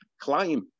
Climb